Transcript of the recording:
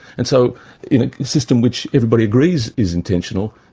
and so in a system which everybody agrees is intentional,